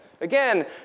Again